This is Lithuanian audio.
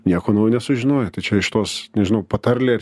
nieko naujo nesužinojai tai čia iš tos nežinau patarlė